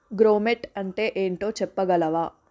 grommet అంటే ఏంటో చెప్పగలవా